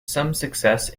success